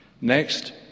Next